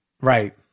Right